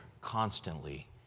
constantly